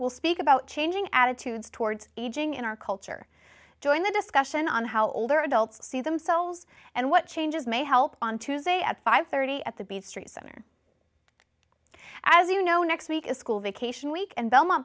we'll speak about changing attitudes towards aging in our culture join the discussion on how older adults see themselves and what changes may help on tuesday at five thirty at the beach street center as you know next week is school vacation week and belmont